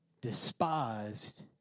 despised